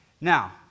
now